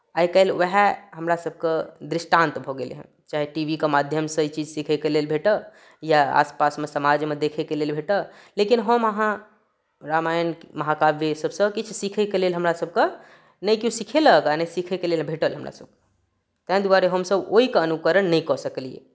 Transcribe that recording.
आइ काल्हि उएह हमरासभके दृष्टांत भऽ गेलए चाहे टी वी के माध्यमसँ ई चीज सीखैके लेल भेटय या आस पासमे समाजमे देखैके लेल भेटय लेकिन हम अहाँ रामायण महाकाव्य सभसँ सीखैके लेल हमरासभके नहि केओ सिखेलक आ नहि सीखैके लेल भेटल हमरासभके तैँ द्वारे हमसभ ओहिके अनुकरण नहि कऽ सकलियै